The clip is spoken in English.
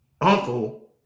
uncle